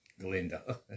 Glenda